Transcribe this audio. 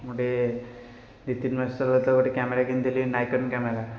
ଗୋଟେ ଦୁଇ ତିନି ମାସ ତଳେ ତ କ୍ୟାମେରା କିଣିଥିଲି ନିକୋନ କ୍ୟାମେରା